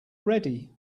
ready